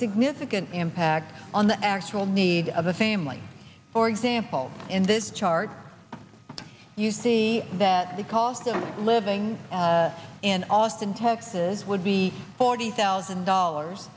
significant impact on the actual need of a family for example in this chart you see that the cost of living in austin texas would be forty thousand dollars